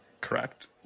Correct